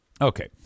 Okay